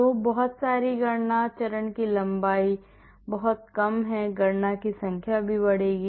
तो बहुत सारी गणना चरण की लंबाई बहुत कम है गणना की संख्या भी बढ़ेगी